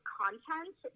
content